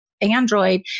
Android